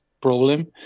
problem